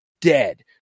dead